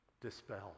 dispelled